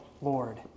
Lord